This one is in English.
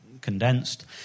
condensed